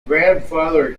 grandfather